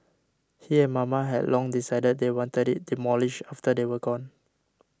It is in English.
he and Mama had long decided they wanted it demolished after they were gone